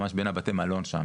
בין בתי המלון שם,